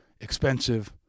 expensive